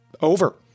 Over